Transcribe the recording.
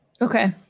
Okay